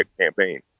campaign